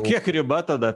kiek riba tada